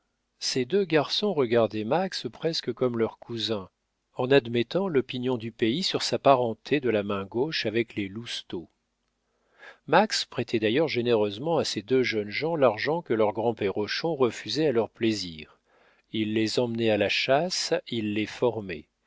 ces deux garçons regardaient max presque comme leur cousin en admettant l'opinion du pays sur sa parenté de la main gauche avec les lousteau max prêtait d'ailleurs généreusement à ces deux jeunes gens l'argent que leur grand-père hochon refusait à leurs plaisirs il les emmenait à la chasse il les formait